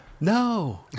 no